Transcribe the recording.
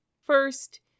First